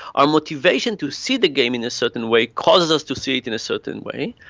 our motivation to see the game in a certain way causes us to see it in a certain way,